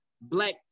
black